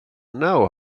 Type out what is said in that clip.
know